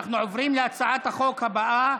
אנחנו עוברים להצעת החוק הבאה,